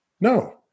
No